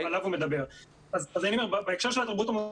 אני אומר שבהקשר שלנו,